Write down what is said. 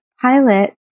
pilot